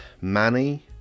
Manny